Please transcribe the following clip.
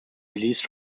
released